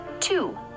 two